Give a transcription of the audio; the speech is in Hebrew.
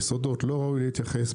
יסודות לא ראוי להתייחס,